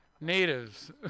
natives